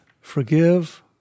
forgive